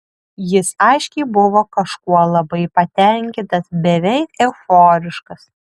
jis aiškiai buvo kažkuo labai patenkintas beveik euforiškas